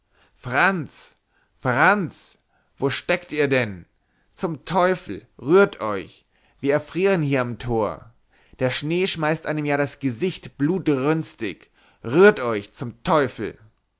franz franz wo steckt ihr denn zum teufel rührt euch wir erfrieren hier am tor der schnee schmeißt einem ja das gesicht blutrünstig rührt euch zum teufel